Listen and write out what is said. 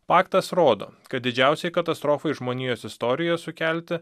faktas rodo kad didžiausiai katastrofai žmonijos istorijoje sukelti